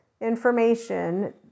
information